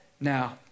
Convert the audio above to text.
Now